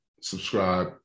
subscribe